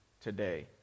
today